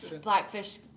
Blackfish